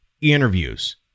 interviews